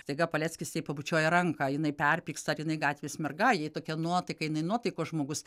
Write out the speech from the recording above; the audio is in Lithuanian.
staiga paleckis jai pabučiuoja ranką jinai perpyksta ar jinai gatvės merga jai tokia nuotaika jinai nuotaikos žmogus